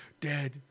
Dad